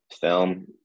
Film